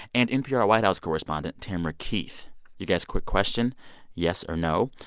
and npr white house correspondent tamara keith you guys, quick question yes or no?